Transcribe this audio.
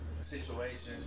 situations